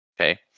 okay